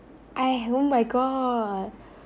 I oh my god